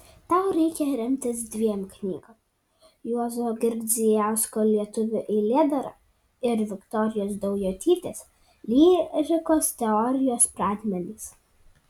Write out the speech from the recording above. tau reikia remtis dviem knygom juozo girdzijausko lietuvių eilėdara ir viktorijos daujotytės lyrikos teorijos pradmenys